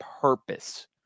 purpose